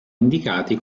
indicati